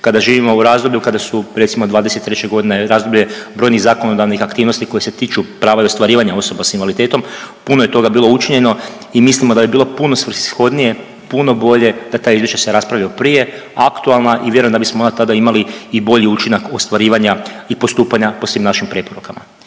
kada živimo u razdoblju kada su recimo 2023. godine razdoblje brojnih zakonodavnih aktivnosti koje se tiču prava i ostvarivanja osoba sa invaliditetom. Puno je toga bilo učinjeno i mislimo da bi bilo puno svrsishodnije, puno bolje da ta izvješća se raspravljaju prije, aktualna i vjerujem da bismo onda tada imali i bolji učinak ostvarivanja i postupanja po svim našim preporukama.